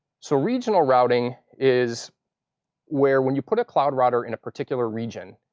so regional routing is where when you put a cloud router in a particular region,